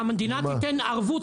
שהמדינה תיתן ערבות,